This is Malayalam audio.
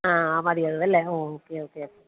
ആ മതി അത് അല്ലേ ഓഹ് ഓക്കെ ഓക്കെ